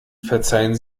verzeihen